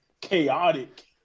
chaotic